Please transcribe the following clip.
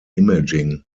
imaging